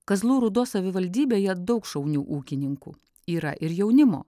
kazlų rūdos savivaldybėje daug šaunių ūkininkų yra ir jaunimo